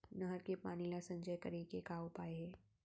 नहर के पानी ला संचय करे के का उपाय हे?